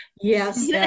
Yes